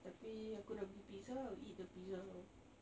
tapi aku dah beli pizza I will eat the pizza now